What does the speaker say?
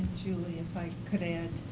julie, if i could add,